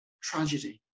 tragedy